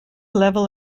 level